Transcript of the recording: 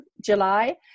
July